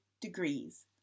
degrees